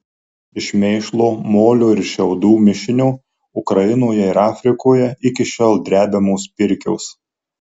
iš mėšlo molio ir šiaudų mišinio ukrainoje ir afrikoje iki šiol drebiamos pirkios